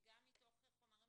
מתוך חומרים